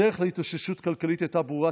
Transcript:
הדרך להתאוששות כלכלית הייתה ברורה.